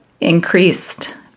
increased